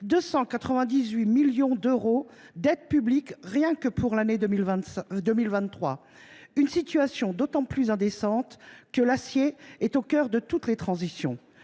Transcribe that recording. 298 millions d'euros d'aides publiques rien que pour l'année 2023. Une situation d'autant plus indécente que l'acier est au cœur de toutes les transitions.